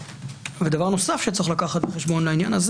דבר נוסף שצריך לקחת בחשבון לעניין הזה